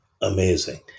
amazing